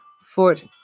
Fort